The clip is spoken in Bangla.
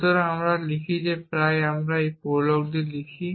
সুতরাং আমরা যেমন করি প্রায়ই আমরা একটি প্রোগ্রাম লিখি